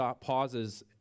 pauses